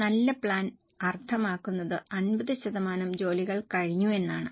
ഒരു നല്ല പ്ലാൻ അർത്ഥമാക്കുന്നത് 50 ശതമാനം ജോലികൾ കഴിഞ്ഞു എന്നാണ്